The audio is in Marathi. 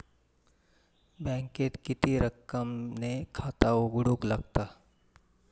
बँकेत किती रक्कम ने खाता उघडूक लागता?